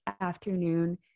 afternoon